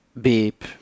beep